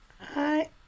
Hi